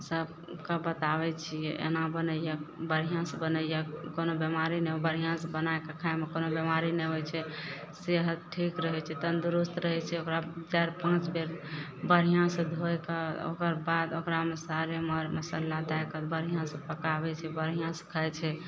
सबके बताबय छियै एना बनय यऽ बढ़िआँसँ बनय यऽ कोनो बीमारी नहि बढ़िआँसँ बनायके खाइमे कोनो बीमारी नहि होइ छै सेहत ठीक रहय छै तन्दरुस्त रहय छै ओकरा चारि पाँच बेर बढ़िआँसँ धोकऽ ओकर बाद ओकरामे सारे मर मसल्ला दए कऽ बढ़िआँसँ पकाबय छै बढ़िआँसँ खाइ छै